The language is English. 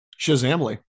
Shazamly